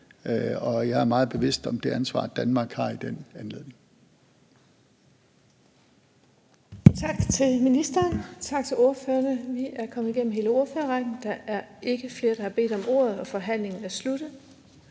og jeg er meget bevidst om det ansvar, Danmark i den anledning